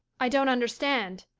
i don't understand.